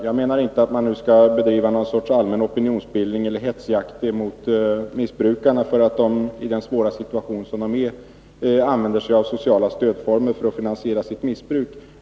Jag menar inte att det nu skall bedrivas någon sorts allmän opinionsbildning och hetsjakt mot missbrukarna därför att de i den svåra situation som de befinner sig i använder sig av sociala stödformer för att finansiera sitt missbruk.